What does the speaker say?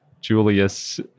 Julius